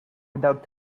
without